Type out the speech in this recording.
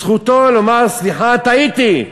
זכותו לומר: סליחה, טעיתי.